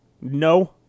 No